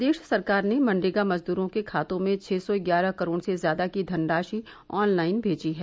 प्रदेश सरकार ने मनरेगा मजदूरों के खातों में छः सौ ग्यारह करोड़ से ज्यादा की धनराशि ऑनलाइन भेजी है